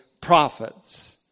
prophets